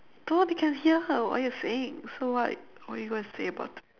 no they can hear what you are saying so what what you gonna say about